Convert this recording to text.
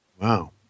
Wow